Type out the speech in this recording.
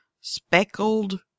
speckled